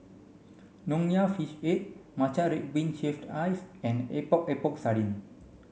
nonya fish head matcha red bean shaved ice and Epok Epok Sardin